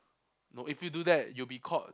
no if you do that you'll be caught